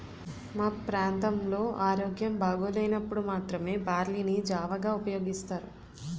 మా ప్రాంతంలో ఆరోగ్యం బాగోలేనప్పుడు మాత్రమే బార్లీ ని జావగా ఉపయోగిస్తారు